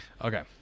Okay